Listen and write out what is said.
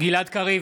גלעד קריב,